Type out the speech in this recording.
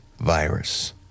virus